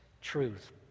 truth